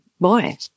boy